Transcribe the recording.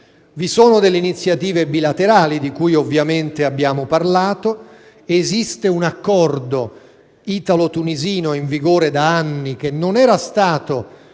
Vi sono delle iniziative bilaterali, di cui ovviamente abbiamo parlato. Esiste un accordo italo-tunisino in vigore da anni, che non era stato